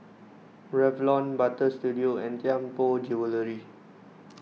Revlon Butter Studio and Tianpo Jewellery